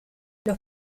los